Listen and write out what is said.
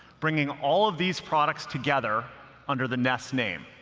bringing all of these products together under the nest name.